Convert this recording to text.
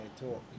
talk